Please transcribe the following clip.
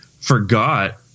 forgot